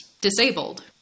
disabled